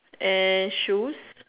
eh shoes